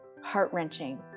heart-wrenching